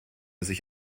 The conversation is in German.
sich